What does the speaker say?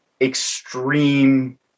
extreme